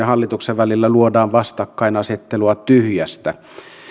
hallituksen välillä luodaan vastakkainasettelua tyhjästä